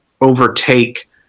overtake